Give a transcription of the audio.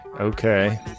Okay